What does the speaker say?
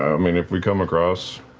i mean if we come across,